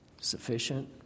Sufficient